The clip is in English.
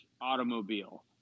automobile